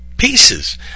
Pieces